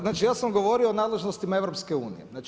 Znači ja sam govorio o nadležnostima EU.